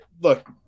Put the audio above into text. look –